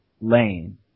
lane